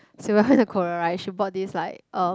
silver went to korea right she bought this like um